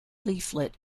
leaflet